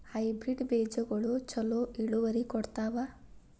Hybrid ಬೇಜಗೊಳು ಛಲೋ ಇಳುವರಿ ಕೊಡ್ತಾವ?